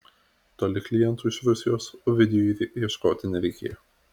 toli klientų iš rusijos ovidijui ieškoti nereikėjo